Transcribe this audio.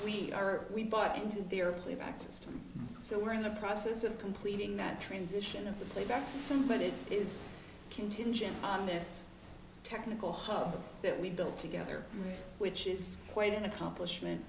we are we bought into their playback system so we're in the process of completing that transition of the playback system but it is contingent on this technical hub that we've built together which is quite an accomplishment